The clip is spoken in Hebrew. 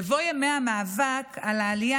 בבוא ימי המאבק על העלייה,